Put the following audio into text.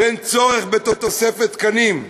ואין צורך בתוספת תקנים.